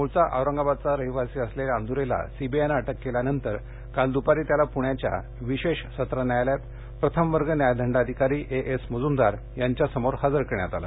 मुळचा औरंगाबादचा रहिवासी असलेल्या आंदुरेला सीबीआयनं अटक केली केल्यानंतर काल दुपारी त्याला पुण्याच्या विशेष सत्र न्यायालयात प्रथम वर्ग न्यायदंडाधिकारी ए एस मुजुमदार यांच्यासमोर हजर करण्यात आलं